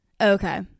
Okay